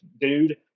dude